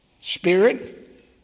Spirit